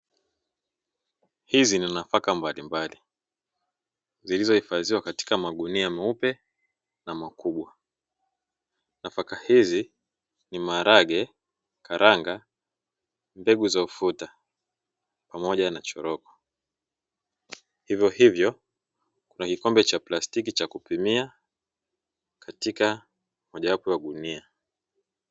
Hizi ni nafaka mbalimbali, zilizohifadhiwa katika magunia meupe na makubwa. Nafaka hizi ni: maharage, karanga, mbegu za ufuta pamoja na choroko. Hivyohivyo kuna kikombe cha plastiki cha kupimia katika mojawapo ya gunia.